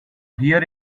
hear